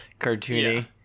cartoony